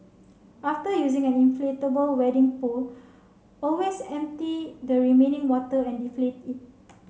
after using an inflatable wading pool always empty the remaining water and deflate it